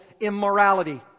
immorality